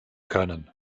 können